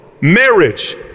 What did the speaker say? Marriage